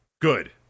Good